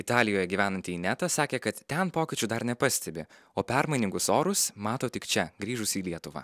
italijoje gyvenanti ineta sakė kad ten pokyčių dar nepastebi o permainingus orus mato tik čia grįžus į lietuvą